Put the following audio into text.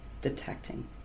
detecting